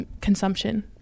consumption